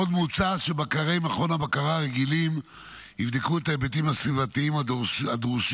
עוד מוצע שבקרי מכון הבקרה הרגילים יבדקו את ההיבטים הסביבתיים הדורשים